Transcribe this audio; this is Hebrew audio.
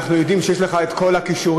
אנחנו יודעים שיש לך את כל הכישורים